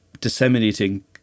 disseminating